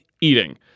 eating